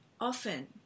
often